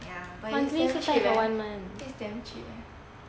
ya but I think it's damn cheap eh I think it's damn cheap eh